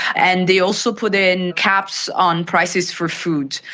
and they also put in caps on prices for food,